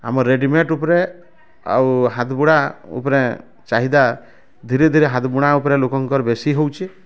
ଆମର୍ ରେଡ଼ିମେଡ଼ ଉପରେ ଆଉ ହାତ ବୁଣା ଉପରେ ଚାହିଦା ଧୀରେ ଧୀରେ ହାତ ବୁଣା ଉପରେ ଲୋକଙ୍କର୍ ବେଶୀ ହଉଛି